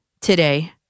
today